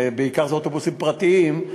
בעיקר אוטובוסים פרטיים,